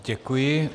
Děkuji.